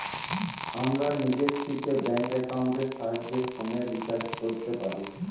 আমরা নিজে থিকে ব্যাঙ্ক একাউন্টের সাহায্যে ফোনের রিচার্জ কোরতে পারি